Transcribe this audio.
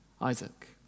Isaac